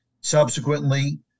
Subsequently